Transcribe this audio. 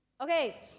Okay